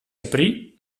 aprì